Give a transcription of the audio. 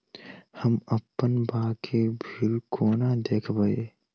हम अप्पन बाकी बिल कोना देखबै?